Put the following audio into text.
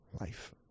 Life